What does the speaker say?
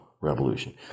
revolution